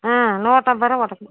ஆ நூற்றம்பது ரூபா போட்டுக்கலாம்